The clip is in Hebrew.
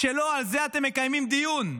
שלא על זה אתם מקיימים דיון?